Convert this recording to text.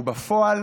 ובפועל